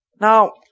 Now